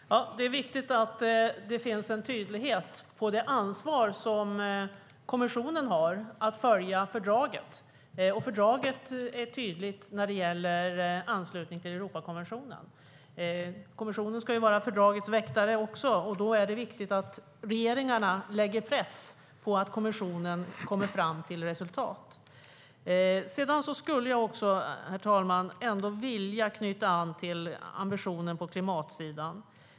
Herr talman! Det är viktigt att det finns en tydlighet när det gäller det ansvar som kommissionen har att följa fördraget, och fördraget är tydligt när det gäller anslutning till Europakonventionen. Kommissionen ska vara fördragets väktare. Då är det viktigt att regeringarna sätter press på att kommissionen kommer fram till resultat. Herr talman! Jag skulle även vilja knyta an till ambitionen på klimatsidan.